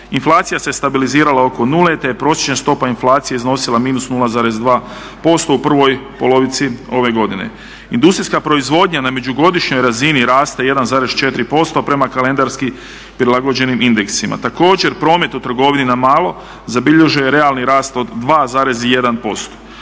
Inflacija se stabilizirala oko nule te je prosječna stopa inflacije iznosila -0,2% u prvoj polovici ove godine. Industrijska proizvodnja na međugodišnjoj razini rasta 1,4% prema kalendarski prilagođenim indeksima. Također promet u trgovini na malo zabilježio je realni rast od 2,1%.